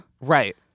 Right